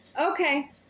Okay